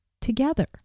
together